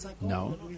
No